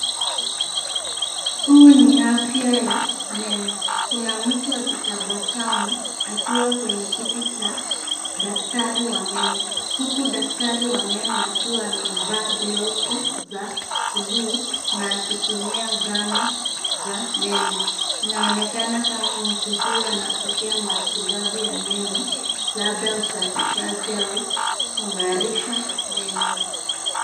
Huu ni afya ya meno. Kuna mtu akitabaamu akiwa kwenye kiti cha daktari wa meno huku daktari wa meno akiwa amevaa glavu za buluu na akitumia zana za meno. Inaonekana kama mtu huyu anapokea matibabu ya meno, labda usafishaji au kung'arisha meno.